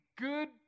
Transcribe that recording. good